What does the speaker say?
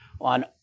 on